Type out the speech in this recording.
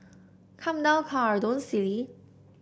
come down car don't silly